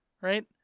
right